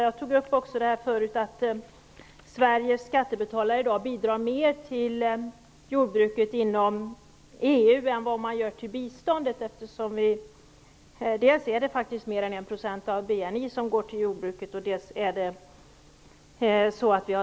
Jag tog tidigare upp att Sveriges skattebetalare i dag betalar mer till jordbruket i EU än till biståndet. Dels går mer än 1 % av BNI till jordbruket, dels har vi sänkt vårt bistånd.